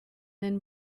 then